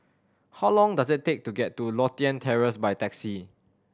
how long does it take to get to Lothian Terrace by taxi